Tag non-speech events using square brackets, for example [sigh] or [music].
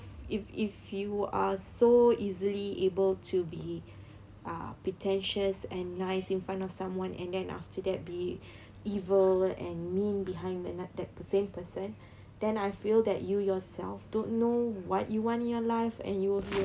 if if you are so easily able to be uh pretentious and nice in front of someone and then after that be [breath] evil and mean behind the that same person then I feel that you yourself don't know what you want in your life and you will be